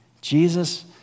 Jesus